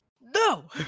No